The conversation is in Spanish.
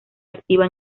activa